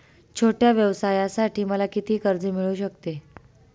छोट्या व्यवसायासाठी मला किती कर्ज मिळू शकते?